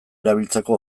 erabiltzeko